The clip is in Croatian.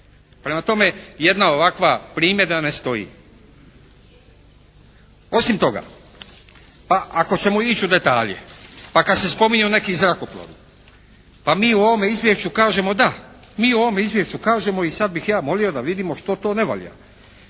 Prema tome, jedna ovakva primjedba ne stoji. Osim toga, pa ako ćemo ić' u detalje, pa kad se spominju neki zrakoplovi, pa mi u ovome izvješću kažemo da. Mi u ovom izvješću kažemo i sad bih ja molio da vidimo što to ne valja.